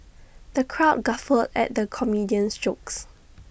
the crowd guffawed at the comedian's jokes